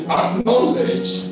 acknowledge